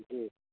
जी